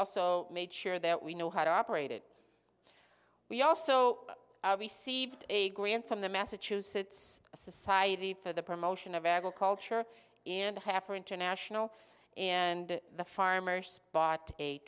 also made sure that we know how to operate it we also received a grant from the massachusetts society for the promotion of agriculture in half or international and the farmers bought a